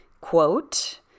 Quote